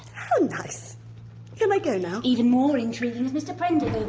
how nice, can i go now? even more intriguing is mr prendick over